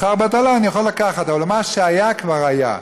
שכר בטלה, אני יכול לקחת, אבל מה שהיה כבר היה.